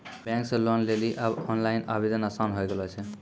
bank से loan लेली आब ओनलाइन आवेदन आसान होय गेलो छै